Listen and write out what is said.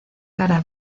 cara